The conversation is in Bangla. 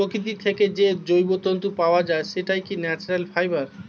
প্রকৃতি থেকে যে জৈব তন্তু পাওয়া যায়, সেটাই ন্যাচারাল ফাইবার